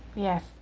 yes,